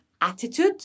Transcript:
attitude